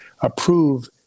approve